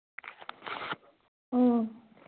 ꯎꯝ